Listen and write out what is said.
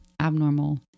abnormal